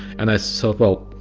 and i said well,